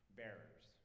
bearers